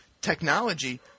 Technology